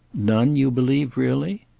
none, you believe, really?